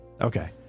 Okay